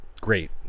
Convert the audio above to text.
Great